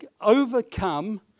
overcome